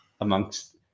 amongst